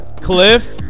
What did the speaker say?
Cliff